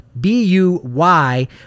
B-U-Y